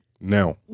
Now